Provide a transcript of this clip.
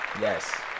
Yes